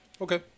Okay